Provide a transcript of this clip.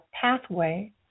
pathway